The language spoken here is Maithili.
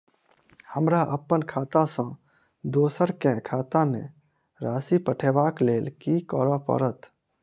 हमरा अप्पन खाता सँ दोसर केँ खाता मे राशि पठेवाक लेल की करऽ पड़त?